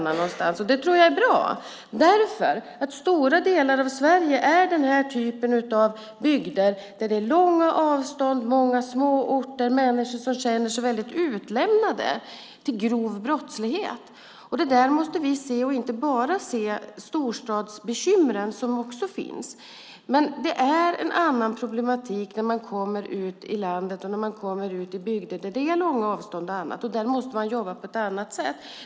Jag tror att detta är bra eftersom stora delar av Sverige består av den typ av bygd där det är långa avstånd och många små orter och där människor känner sig utlämnade till grov brottslighet. Det måste vi se och inte bara se storstadsbekymren. Det är en annan problematik när man kommer ut i bygder där det är långa avstånd och annat. Där måste man jobba på ett annat sätt.